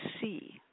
see